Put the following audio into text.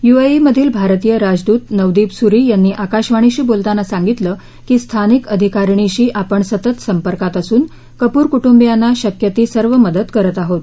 युएईमधील भारतीय राजदूत नवदीप सूरी यांनी आकाशवाणीशी बोलताना सांगितलं की स्थानिक अधिकारीणीशी आपण सतत संपर्कात असून कपूर कुटुंबियांना शक्य ती सर्व मदत करीत आहोत